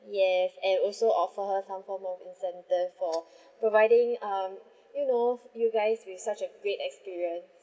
yes and also offer her some form of incentive for providing um you know you guys with such a great experience